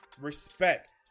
respect